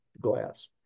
glass